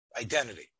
identity